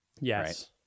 Yes